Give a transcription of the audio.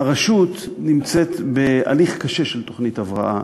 הרשות נמצאת בהליך קשה של תוכנית הבראה,